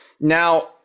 Now